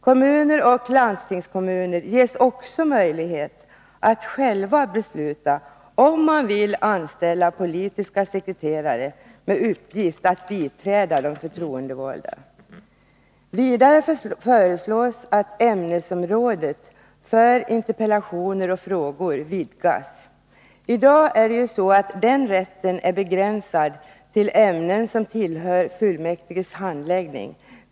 Kommuner och landstingskommuner ges också möjlighet att själva besluta om man vill anställa politiska sekreterare med uppgift att biträda de förtroendevalda. Vidare föreslås att ämnesområdet för interpellationer och frågor vidgas. I dag är den rätten begränsad till ämnen som tillhör fullmäktiges handläggning.